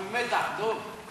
אנחנו במתח, דב.